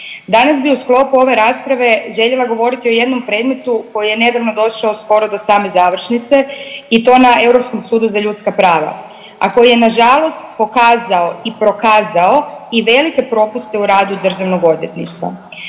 Danas bi u sklopu ove rasprave željela govoriti o jednom predmetu koji je nedavno došao skoro do same završnice i to na Europskom sudu za ljudska prava, a koji je nažalost pokazao i prokazao i velike propuste u radu državnog odvjetništva,